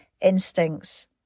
instincts